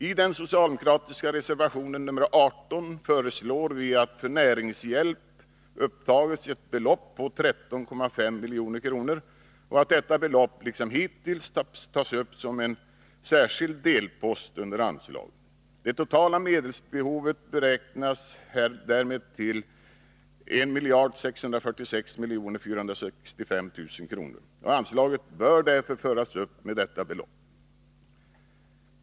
I den socialdemokratiska reservationen nr 18 föreslår vi att det för näringshjälp upptas ett belopp på 13,5 milj.kr. och att detta belopp, liksom hittills, tas upp som en särskild delpost under anslaget. Det totala medelsbehovet beräknas därmed till 1646 465 000 kr. Anslaget bör därför föras upp med detta belopp.